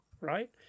right